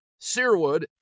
Searwood